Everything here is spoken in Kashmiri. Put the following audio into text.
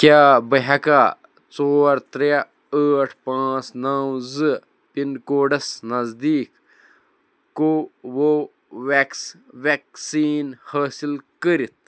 کیٛاہ بہٕ ہیٚکھا ژور ترٛےٚ ٲٹھ پانٛژھ نَو زٕ پِن کوڈس نٔزدیٖک کو وو ویٚکس ویکسیٖن حٲصِل کٔرِتھ